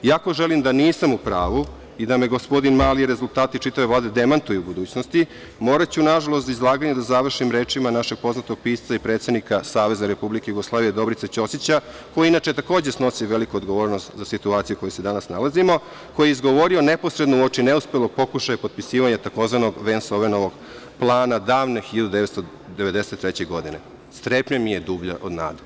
Iako želim da nisam u pravu i da me gospodin Mali i rezultati čitave Vlade demantuju u budućnosti, moraću, nažalost, izlaganje da završim rečima našeg poznatog pisca i predsednika SR Jugoslavije Dobrice Ćosića, koji takođe snosi veliku odgovornost za situaciju u kojoj se danas nalazimo, koje je izgovorio neposredno uoči neuspelog pokušaja potpisivanja tzv. Vens-Ovenovog plana davne 1993. godine – strepnja mi je dublja od nade.